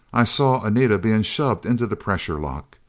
i saw anita being shoved into the pressure lock.